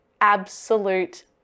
absolute